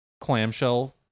clamshell